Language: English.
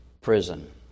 prison